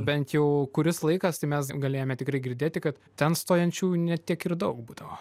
bent jau kuris laikas tai mes galėjome tikrai girdėti kad ten stojančiųjų ne tiek ir daug būdavo